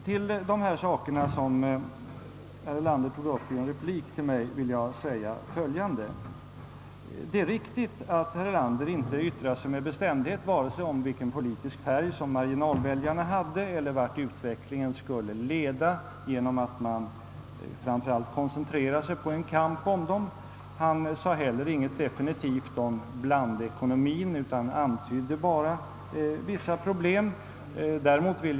Till de saker som herr Erlander tog upp i en replik till mig vill jag säga följande: Det är riktigt att herr Erlander inte yttrade sig med bestämdhet vare sig om vilken politisk färg som marginalväljarna hade eller om vart utvecklingen skulle leda genom att man framför allt koncentrerade sig till en kamp om dem. Han sade heller ingenting definitivt om blandekonomien utan antydde bara vissa problem.